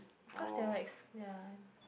cause they likes ya